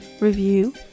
review